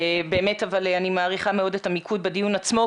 באמת אני מעריכה מאוד את המיקוד בדיון עצמו.